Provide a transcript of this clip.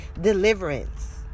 Deliverance